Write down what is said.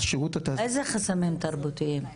איזה חסמים תרבותיים?